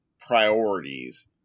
priorities